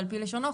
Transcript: לפי לשונו,